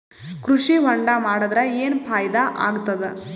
ಕೃಷಿ ಹೊಂಡಾ ಮಾಡದರ ಏನ್ ಫಾಯಿದಾ ಆಗತದ?